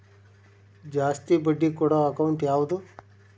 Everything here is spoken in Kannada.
ಜಾಸ್ತಿ ಬಡ್ಡಿ ಕೊಡೋ ಅಕೌಂಟ್ ಯಾವುದು?